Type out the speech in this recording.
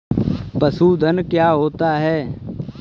पशुधन क्या होता है?